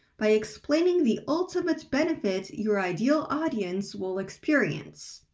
by explaining the ultimate benefit your ideal audience will experience.